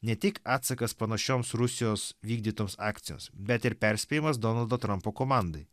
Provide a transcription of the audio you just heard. ne tik atsakas panašioms rusijos vykdytoms akcijoms bet ir perspėjimas donaldo trampo komandai